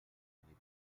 gagné